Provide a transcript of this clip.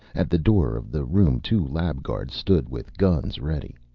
at the door of the room two lab guards stood with guns ready.